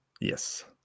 yes